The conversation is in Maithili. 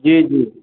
जी जी